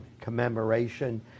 commemoration